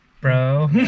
Bro